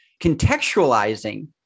Contextualizing